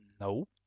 No